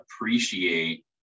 appreciate